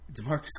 DeMarcus